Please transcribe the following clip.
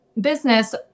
business